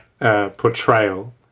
portrayal